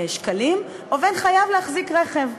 הוא חייב להחזיק רכב.